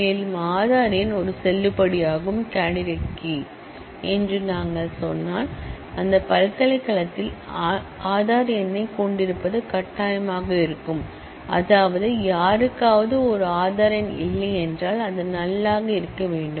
மேலும் அதார் எண் ஒரு செல்லுபடியாகும் கேண்டிடேட் கீ என்று நாங்கள் சொன்னால் அந்த பல்கலைக்கழகத்தில் ஆதார் எண்ணைக் கொண்டிருப்பது கட்டாயமாக இருக்கும் அதாவது யாருக்காவது ஒரு ஆதார் எண் இல்லையென்றால் அது நல் ஆக இருக்க வேண்டும்